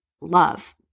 love